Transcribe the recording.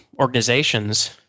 organizations